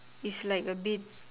it's like a bit